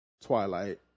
Twilight